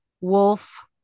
wolf